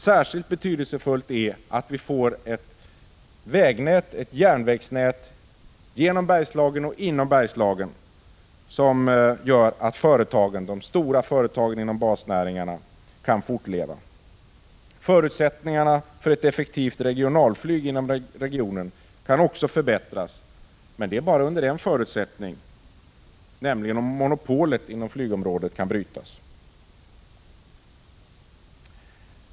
Särskilt betydelsefullt är det att vi får ett sådant vägnät och järnvägsnät — både genom och inom Bergslagen — att de stora företagen inom basnäringarna kan fortleva. Förutsättningarna för ett effektivt regionalflyg i denna del av landet kan också förbättras. Men det är möjligt endast under den förutsättningen att monopolet inom flyget kan brytas.